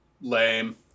Lame